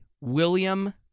William